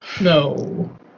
No